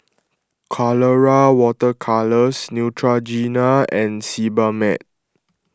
Colora Water Colours Neutrogena and Sebamed